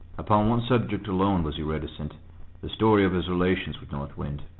upon one subject alone was he reticent the story of his relations with north wind.